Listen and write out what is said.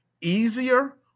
easier